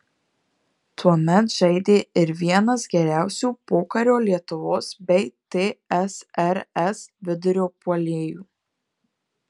tuomet žaidė ir vienas geriausių pokario lietuvos bei tsrs vidurio puolėjų